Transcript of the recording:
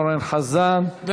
הכנסת אורן חזן, שלוש דקות.